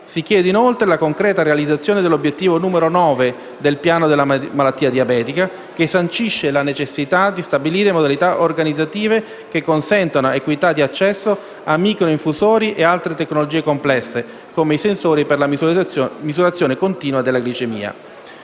Si chiede, inoltre, la concreta realizzazione dell'obiettivo n. 9 del Piano nazionale sulla malattia diabetica, che sancisce la necessità di stabilire modalità organizzative, che consentano equità di accesso a microinfusori e altre tecnologie complesse (come i sensori per la misurazione continua della glicemia).